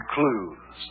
Clues